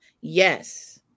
Yes